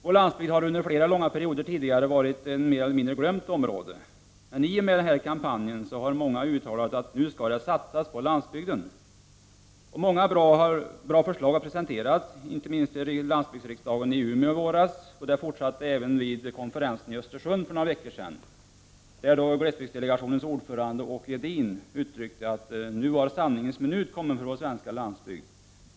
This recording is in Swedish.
Vår landsbygd har under flera långa perioder tidigare varit ett mer eller mindre glömt område. I samband med landsbygdskampanjen har många uttalat att det nu skall satsas på landsbygden. Många bra förslag har presenterats, inte minst vid landsbygdsriksdagen i Umeå i våras, och vid konferensen i Östersund för några veckor sedan blev det en fortsättning. Glesbygdsdelegationens ordförande Åke Edin uttryckte då att sanningens minut nu var kommen för vår svenska landsbygd.